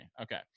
Okay